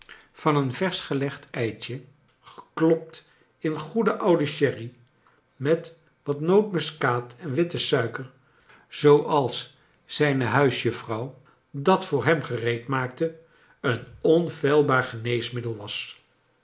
van eea versch gelegd eitje geklopt in goede oude sherry met wat notemuskaat en witte suiker zooals zijne huisjuffrouw dan voor hem gereedmaakte eea oafeilbaar geaeesmiddel was